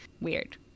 weird